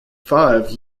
five